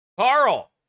Carl